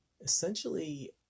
essentially